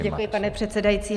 Děkuji, pane předsedající.